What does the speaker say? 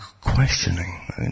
questioning